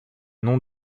noms